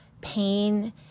pain